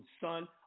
son